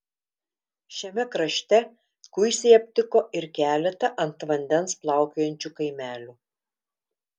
šiame krašte kuisiai aptiko ir keletą ant vandens plaukiojančių kaimelių